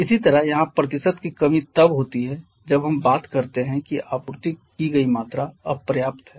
इसी तरह यहाँ प्रतिशत की कमी तब होती है जब हम बात करते हैं कि आपूर्ति की गई मात्रा अपर्याप्त है